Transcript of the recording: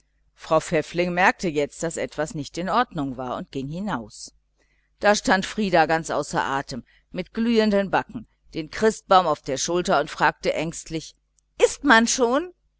frau pfäffling merkte jetzt daß etwas nicht in ordnung war und ging auch hinaus da stand frieder ganz außer atem mit glühenden backen den christbaum auf der schulter und fragte ängstlich ißt man schon